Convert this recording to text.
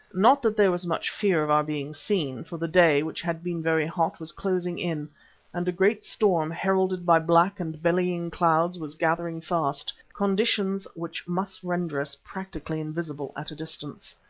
not that there was much fear of our being seen, for the day, which had been very hot, was closing in and a great storm, heralded by black and bellying clouds, was gathering fast, conditions which must render us practically invisible at a distance.